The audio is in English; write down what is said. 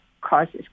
causes